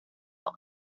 out